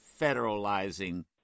federalizing